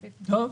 טוב.